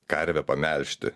karvę pamelžti